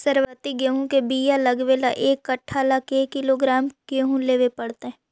सरबति गेहूँ के बियाह लगबे ल एक कट्ठा ल के किलोग्राम गेहूं लेबे पड़तै?